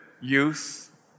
youth